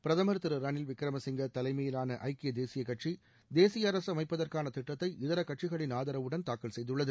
பிரதமர் திரு ரணில் விக்ரமசிங்கே தலைமையிலான ஐக்கிய தேசிய கட்சி தேசிய அரசு அமைப்பதற்கான திட்டத்தை இதர கட்சிகளின் ஆதரவுடன் தாக்கல் செய்துள்ளது